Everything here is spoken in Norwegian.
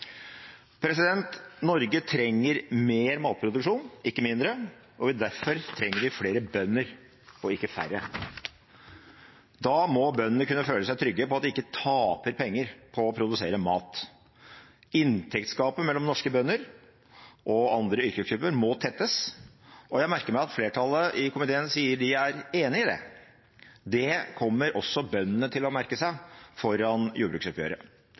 Norge trenger mer matproduksjon, ikke mindre. Derfor trenger vi flere bønder, ikke færre. Da må bøndene kunne føle seg trygge på at de ikke taper penger på å produsere mat. Inntektsgapet mellom norske bønder og andre yrkesgrupper må tettes, og jeg merker meg at flertallet i komiteen sier de er enig i det. Det kommer også bøndene til å merke seg foran jordbruksoppgjøret.